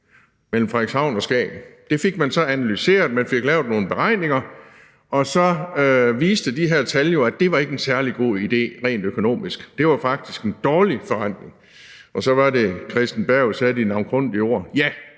mellem Frederikshavn og Skagen. Det fik man så analyseret, man fik lavet nogle beregninger, og så viste de her tal jo, at det ikke var en særlig god idé rent økonomisk; det var faktisk en dårlig forrentning. Og så var det, at Christen Berg sagde de navnkundige ord: Da